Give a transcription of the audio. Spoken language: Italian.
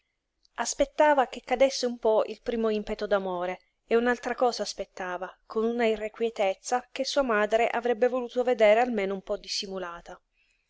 aspettava che cadesse un po il primo impeto d'amore e un'altra cosa aspettava con una irrequietezza che sua madre avrebbe voluto vedere almeno un po dissimulata